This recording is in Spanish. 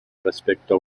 respecto